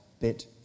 bit